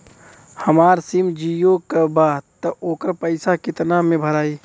हमार सिम जीओ का बा त ओकर पैसा कितना मे भराई?